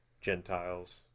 Gentiles